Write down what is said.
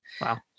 Wow